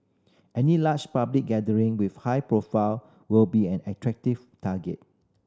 any large public gathering with high profile will be an attractive target